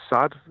sad